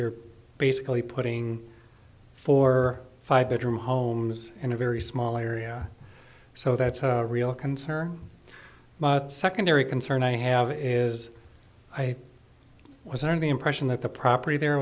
you're basically putting four five bedroom homes in a very small area so that's a real concern or secondary concern i have is i was under the impression that the property there